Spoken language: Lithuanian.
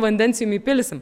vandens jums įpilsim